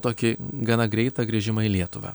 tokį gana greitą grįžimą į lietuvą